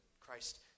Christ